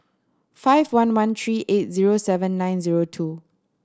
five one one three eight zero seven nine zero two